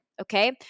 okay